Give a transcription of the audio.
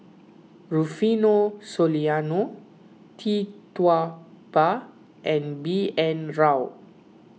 Rufino Soliano Tee Tua Ba and B N Rao